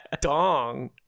dong